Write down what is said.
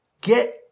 Get